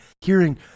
hearing